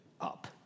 up